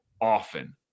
often